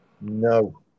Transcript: No